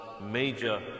major